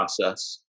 process